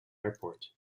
airport